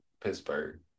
Pittsburgh